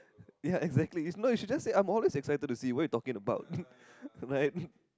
ya exactly it's no you should just say I'm always excited to see what you talking about right